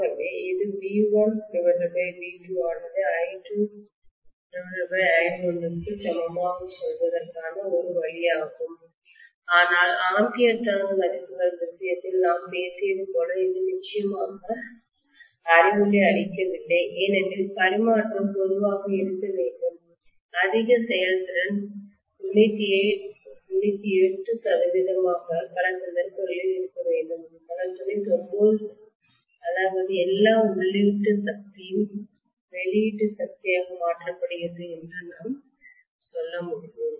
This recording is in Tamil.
ஆகவே இதுV1V2 ஆனது I2I1 க்கு சமமாக சொல்வதற்கான ஒரு வழியாகும் ஆனால் ஆம்பியர் டர்ன் மதிப்புகள் விஷயத்தில் நாம் பேசியதைப் போல இது நிச்சயமாக அறிவொளி அளிக்கவில்லை ஏனெனில் பரிமாற்றம் பொதுவாக இருக்க வேண்டும் அதிக செயல்திறன் 98 ஆக பல சந்தர்ப்பங்களில் இருக்க வேண்டும் அல்லது 99 அதாவது எல்லா உள்ளீட்டு சக்தியும் வெளியீட்டு சக்தியாக மாற்றப்படுகிறது என்று நான் சொல்ல முடியும்